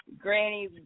Granny